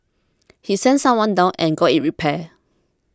he sent someone down and got it repaired